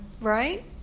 Right